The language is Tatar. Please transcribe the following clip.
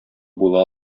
була